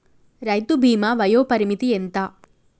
రైతు బీమా వయోపరిమితి ఎంత?